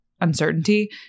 uncertainty